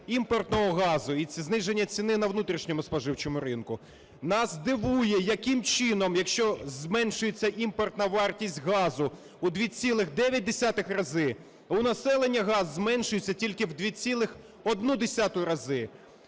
імпортного газу і зниження ціни на внутрішньому споживчому ринку. Нас дивує, яким чином, якщо зменшується імпортна вартість газу у 2,9 рази, у населення газ зменшується тільки в 2,1 рази.